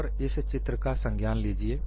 और इस चित्र का संज्ञान लीजिए